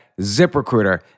ZipRecruiter